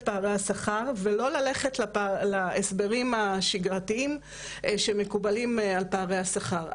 פערי השכר ולא ללכת להסברים השגרתיים שמקובלים על פערי השכר.